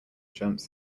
jumps